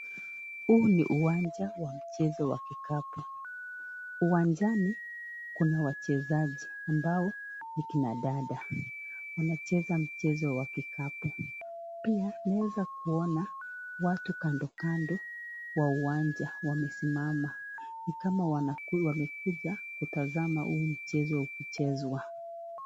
Huu ni uwanja wa mchezo wa kikapu. Uwanjani kuna wachezaji ambao ni kina dada. Wanacheza mchezo wa kikapu, pia naweza kuona watu kando kando wa uwanja wamesimama ni kama wanakuwa wamekuja kutazama huu mchezo ukichezwa.